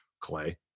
Clay